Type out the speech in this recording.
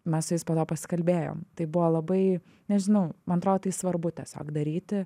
mes su jais po to pasikalbėjom tai buvo labai nežinau man atrodo tai svarbu tiesiog daryti